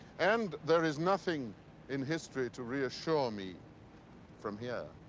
and there is nothing in history to reassure me from here.